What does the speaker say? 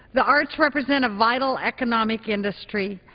the arts represent a vital economic industry,